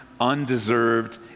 undeserved